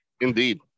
Indeed